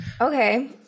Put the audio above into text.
Okay